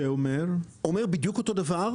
שאומר בדיוק אותו דבר,